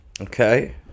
Okay